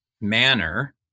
manner